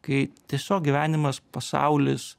kai tiesiog gyvenimas pasaulis